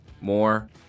more